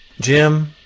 Jim